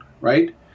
right